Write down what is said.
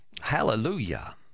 Hallelujah